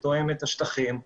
התאמה לשטחים,